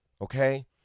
okay